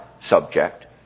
subject